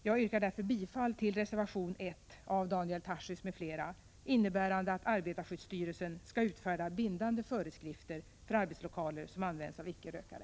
Jag yrkar därför bifall till reservation 1 av Daniel Tarschys m.fl., med krav på att arbetarskyddsstyrelsen skall utfärda bindande föreskrifter för arbetslokaler som används av icke-rökare.